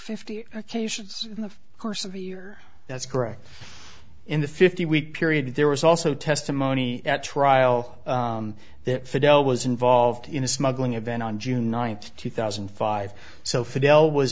fifty occasions in the course of a year that's correct in the fifty week period there was also testimony at trial that fidel was involved in a smuggling event on june ninth two thousand and five so fidel was